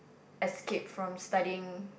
escape from studying